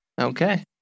Okay